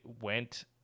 went